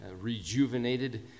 rejuvenated